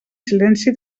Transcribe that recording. silenci